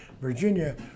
Virginia